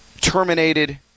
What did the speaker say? terminated